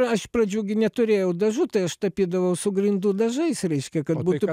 aš iš pradžių gi neturėjau dažų tai aš tapydavau su grindų dažais reiškia kad būtų